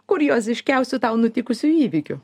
kurjoziškiausiu tau nutikusiu įvykiu